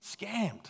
scammed